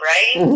Right